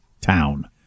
town